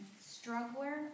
struggler